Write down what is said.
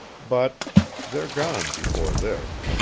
but they're gone before this.